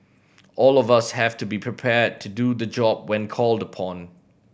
all of us have to be prepared to do the job when called upon